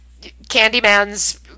Candyman's